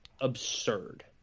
absurd